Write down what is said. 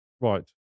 Right